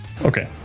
okay